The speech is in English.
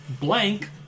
Blank